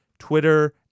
Twitter